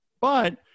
but-